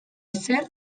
ezer